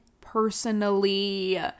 personally